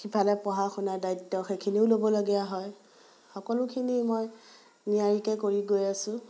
সিফালে পঢ়া শুনাৰ দায়িত্ব সেইখিনিও ল'বলগীয়া হয় সকলোখিনি মই নিয়াৰিকৈ কৰি গৈ আছোঁ